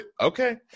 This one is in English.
Okay